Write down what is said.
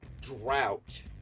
drought